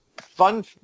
fun